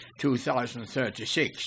2036